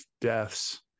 deaths